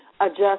adjust